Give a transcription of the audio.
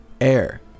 air